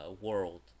world